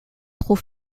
trop